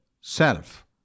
self